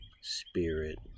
spirit